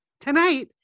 tonight